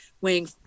weighing